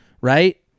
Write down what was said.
right